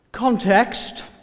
Context